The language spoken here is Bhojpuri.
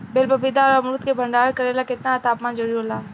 बेल पपीता और अमरुद के भंडारण करेला केतना तापमान जरुरी होला?